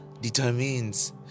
determines